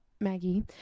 Maggie